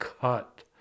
cut